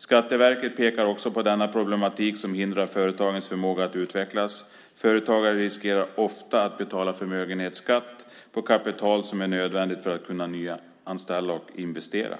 Skatteverket pekar också på denna problematik, som hindrar företagens förmåga att utvecklas. Företagare riskerar ofta att betala förmögenhetsskatt på kapital som är nödvändigt för att de ska kunna nyanställa och investera.